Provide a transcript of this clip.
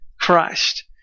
Christ